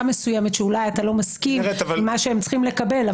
מסוימת שאולי אתה לא מסכים עם מה שהם צריכים לקבל,